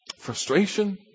frustration